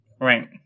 Right